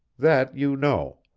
that you know.